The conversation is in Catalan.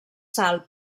sal